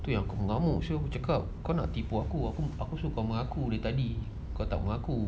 itu yang aku mengamuk so aku cakap kau nak tipu aku aku suruh kau mengaku dari tadi kau tak mengaku